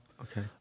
Okay